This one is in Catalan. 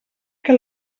que